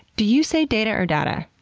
do you say day-tah or dah-tah?